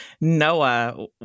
noah